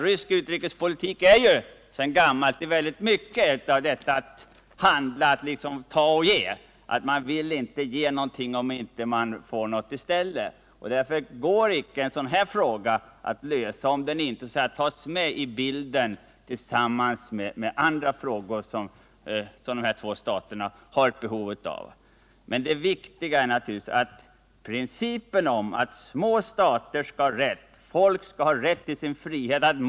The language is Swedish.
Rysk utrikespolitik är sedan gammalt mycket av att ta och ge — man vill inte ge någonting om man inte får någonting i stället. Därför går en sådan här fråga inte att lösa om den inte tas med i bilden tillsammans med andra frågor som vi förhandlar om. Det viktiga är naturligtvis principen att små stater skall ha rätt till sin frihet.